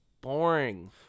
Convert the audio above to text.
boring